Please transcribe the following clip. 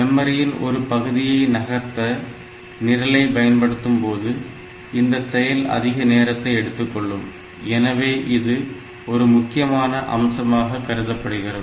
மெமரியின் ஒரு பகுதியை நகர்த்த நிரலை பயன்படுத்தும்போது இந்த செயல் அதிக நேரத்தை எடுத்துக்கொள்ளும் எனவே இது ஒரு முக்கியமான அம்சமாக கருதப்படுகிறது